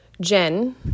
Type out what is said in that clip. Jen